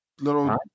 little